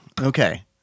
Okay